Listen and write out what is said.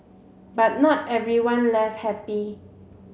but not everyone left happy